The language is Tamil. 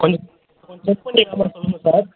கொஞ்சம் கொஞ்சம் செக் பண்ணி நம்பரை சொல்லுங்கள் சார்